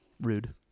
Rude